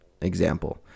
example